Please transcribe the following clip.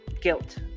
guilt